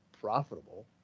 profitable